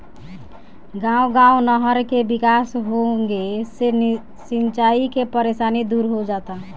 गांव गांव नहर के विकास होंगे से सिंचाई के परेशानी दूर हो जाता